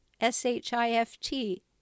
S-H-I-F-T